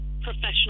professional